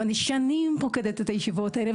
ואני שנים פה בישיבות האלה,